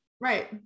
Right